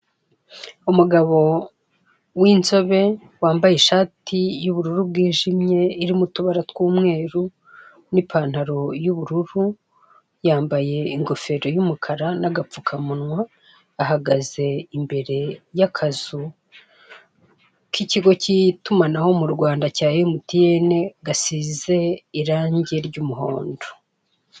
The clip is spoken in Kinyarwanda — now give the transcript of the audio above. Umugabo w'inzoba wambaye ishati y'ubururu bwijemye irimo utubara tw'umweru n'ipantalo y'ubururu yambaye ingofero y'umukara n'agapfukamunwa, ahagaze imbere y'akazu k'ikigo k'itumanaho mu Rwanda cya emutiyeni gasize irange ry'umuhondo.